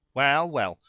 well, well,